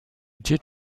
did